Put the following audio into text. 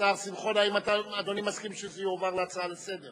הן פשוט חוזרות הביתה.